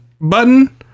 button